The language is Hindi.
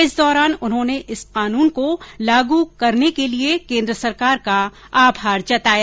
इस दौरान उन्होंने इस कानून को लागू करने के लिए केन्द्र सरकार का आभार जताया